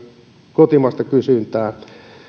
kotimaista kysyntää